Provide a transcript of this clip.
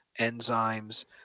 enzymes